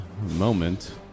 moment